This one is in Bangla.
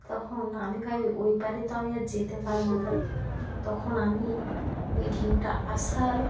তখন আমি ভাবি ওই পাড়ে তো আমি আর যেতে পারবো না তখন আমি ওই ঢেউটা আসার